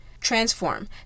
Transform